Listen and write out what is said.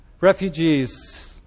Refugees